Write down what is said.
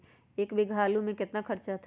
एक बीघा आलू में केतना खर्चा अतै?